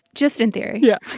just in theory yeah